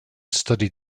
studied